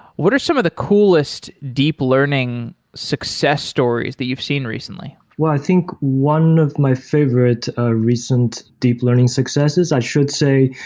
what are some of the coolest deep learning success stories that you've seen recently? i think one of my favorite ah recent deep learning successes, i should say,